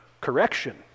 correction